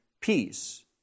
peace